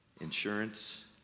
insurance